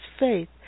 faith